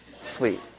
Sweet